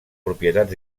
propietats